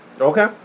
Okay